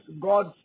God